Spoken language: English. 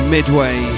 Midway